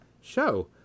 show